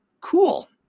Cool